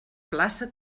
plaça